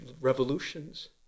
revolutions